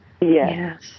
Yes